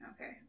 Okay